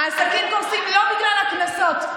העסקים קורסים לא בגלל הקנסות,